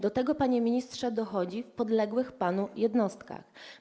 Do tego, panie ministrze, dochodzi w podległych panu jednostkach.